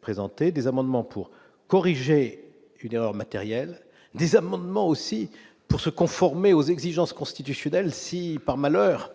présenté des amendements pour corriger une erreur matérielle des amendements aussi pour se conformer aux exigences constitutionnelles, si par malheur